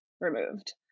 removed